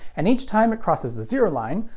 and each time it crosses the zero line,